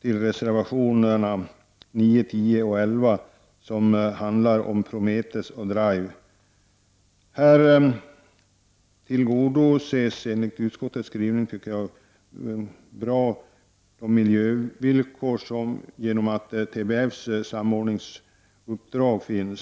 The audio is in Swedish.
till reservationerna 9 och 10, som handlar om Promethus och Drive. Här tillgodoses miljövillkor genom TFBs samordningsuppdrag.